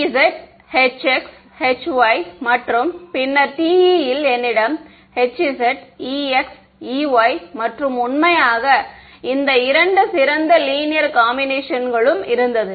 மாணவர் Ez Hx Hy மற்றும் பின்னர் TE ல் என்னிடம் Hz Ex Ey மற்றும் உண்மையாக இந்த இரண்டு சிறந்த லீனியர் காம்பினேஷன்களும் இருந்தது